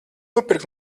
nopirkt